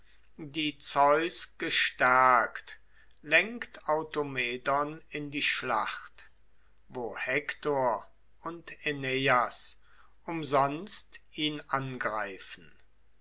die zeus gestärkt lenkt automedon in die schlacht wo hektor und äneias umsonst ihn angreifen